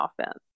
offense